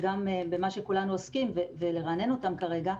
וגם במה שכולנו עוסקים בלרענן אותם כרגע.